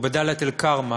או בדאלית אל-כרמל,